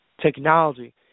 technology